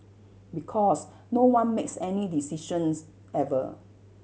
because no one makes any decisions ever